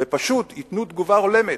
ופשוט ייתנו תגובה הולמת.